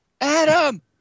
Adam